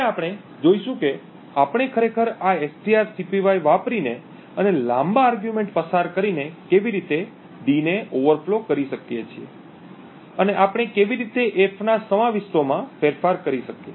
હવે આપણે જોશું કે આપણે ખરેખર આ strcpy વાપરીને અને લાંબા આર્ગ્યૂમેન્ટ પસાર કરીને કેવી રીતે d ને ઓવરફ્લો કરી શકીએ છીએ અને આપણે કેવી રીતે f ના સમાવિષ્ટોમાં ફેરફાર કરી શકીએ